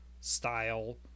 style